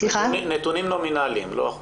נתונים נומינאליים, לא אחוזים.